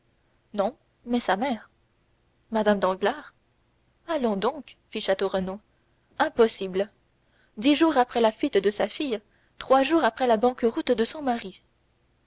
non mais sa mère mme danglars allons donc fit château renaud impossible dix jours après la fuite de sa fille trois jours après la banqueroute de son mari